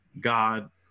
God